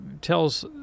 tells